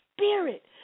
spirit